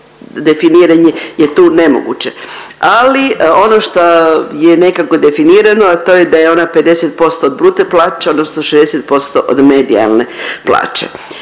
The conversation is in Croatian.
definiranje je tu nemoguće, ali ono što je nekako definirano, a to je da je ona 50% od bruto plaće odnosno 60% od medijalne plaće.